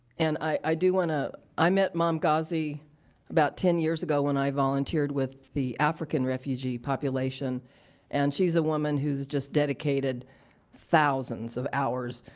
and, i i do wanna, i met um nkazi about ten years ago when i volunteered with the african refugee population and she's a woman who's just dedicated thousands of hours